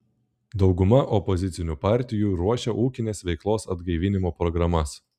dauguma opozicinių partijų ruošia ūkinės veiklos atgaivinimo programas